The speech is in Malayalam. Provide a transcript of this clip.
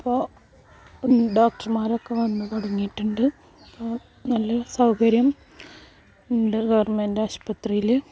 ഇപ്പോൾ ഡോക്ടർമാരൊക്കെ വന്ന് തുടങ്ങിയിട്ടുണ്ട് അപ്പോൾ നല്ല സൗകര്യം ഉണ്ട് ഗവൺമെൻറ് ആസ്പത്രിയിൽ